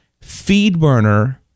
FeedBurner